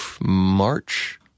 March